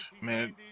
man